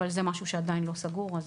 אבל זה משהו שעדיין לא סגור.